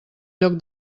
lloc